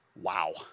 Wow